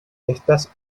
estas